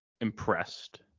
impressed